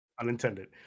unintended